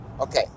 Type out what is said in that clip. Okay